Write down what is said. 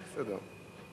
בסדר.